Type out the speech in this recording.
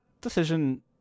decision